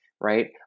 right